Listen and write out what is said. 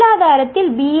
பொருளாதாரத்தில் பி